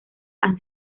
han